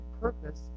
purpose